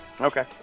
Okay